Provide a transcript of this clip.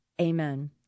Amen